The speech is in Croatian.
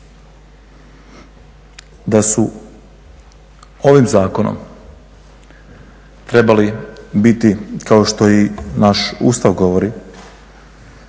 da su ovim zakonom trebali biti kao što i naš Ustav govori